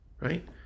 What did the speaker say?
right